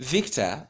Victor